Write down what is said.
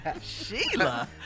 Sheila